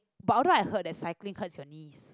but although I heard that cycling hurts your knee